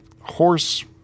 horse